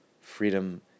freedom